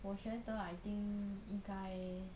我觉得 I think 应该